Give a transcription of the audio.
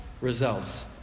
results